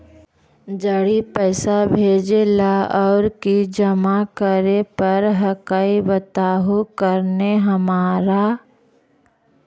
जड़ी पैसा भेजे ला और की जमा करे पर हक्काई बताहु करने हमारा?